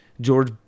George